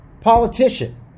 politician